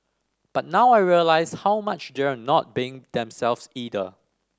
but now I realise how much they're not being themselves either